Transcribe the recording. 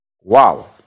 Wow